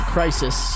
Crisis